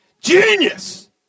Genius